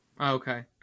Okay